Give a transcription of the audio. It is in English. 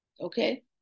Okay